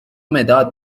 مداد